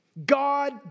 God